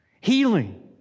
Healing